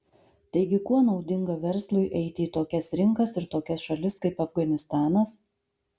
taigi kuo naudinga verslui eiti į tokias rinkas ir tokias šalis kaip afganistanas